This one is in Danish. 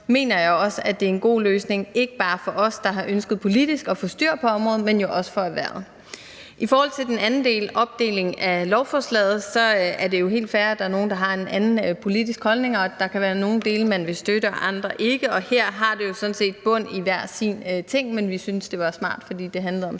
mener jeg også, at det er en god løsning, ikke bare for os, der har ønsket politisk at få styr på området, men jo også for erhvervet. I forhold til den anden del, opdelingen af lovforslaget, er det jo helt fair, at der er nogen, der har en anden politisk holdning, og at der kan være nogle dele, man vil støtte, og andre ikke, og her har det jo sådan set bund i hver sin ting, men vi syntes, det var smart, fordi det handlede om